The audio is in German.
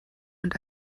und